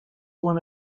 one